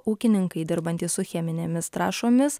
ūkininkai dirbantys su cheminėmis trąšomis